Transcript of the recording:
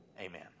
Amen